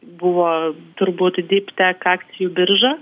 buvo turbūt dyptek akcijų birža